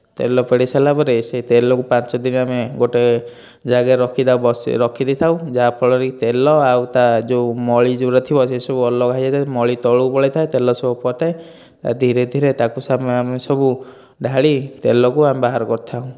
ତେଲ ପେଡ଼ି ସାରିଲା ପରେ ସେ ତେଲକୁ ପାଞ୍ଚଦିନ ଆମେ ଗୋଟେ ଜାଗାରେ ରଖି ତାକୁ ଦେଇଥାଉ ଯାହା ଫଳରେ କି ତେଲ ଆଉ ତା' ଯେଉଁ ମଳି ଯେଉଁଗୁଡ଼ା ଥିବ ସେ ସବୁ ଅଲଗା ହୋଇଯାଇଥାଏ ମଳି ତଳକୁ ପଳାଇଥାଏ ଓ ତେଲ ସବୁ ଉପରେ ଥାଏ ଧୀରେ ଧୀରେ ତାକୁ ଆମେ ସବୁ ଢାଳି ତେଲକୁ ଆମେ ବାହାରକରିଥାଉ